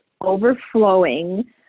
overflowing